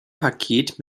paket